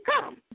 come